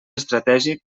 estratègic